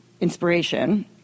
inspiration